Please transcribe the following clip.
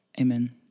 Amen